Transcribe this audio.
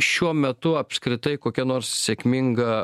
šiuo metu apskritai kokia nors sėkminga